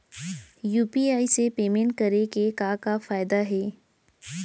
UPI से payment करे के का का फायदा हे?